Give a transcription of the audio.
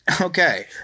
Okay